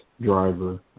driver